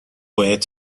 باید